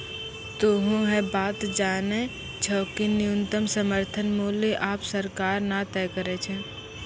तोहों है बात जानै छौ कि न्यूनतम समर्थन मूल्य आबॅ सरकार न तय करै छै